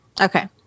Okay